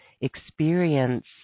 experience